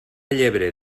llebre